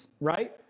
right